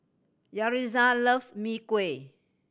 Yaritza loves Mee Kuah